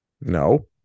No